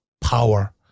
power